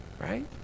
right